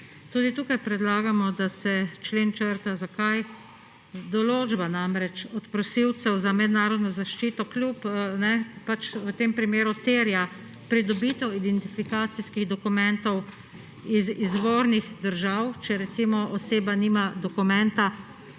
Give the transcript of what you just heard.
Tudi tukaj predlagamo, da se člen črta. Zakaj? Določba namreč od prosilcev za mednarodno zaščito v tem primeru terja pridobitev identifikacijskih dokumentov iz izvornih držav, če recimo oseba nima dokumenta,